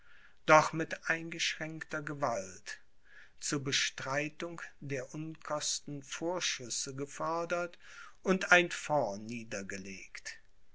doch mit eingeschränkter gewalt zu bestreitung der unkosten vorschüsse gefordert und ein fond niedergelegt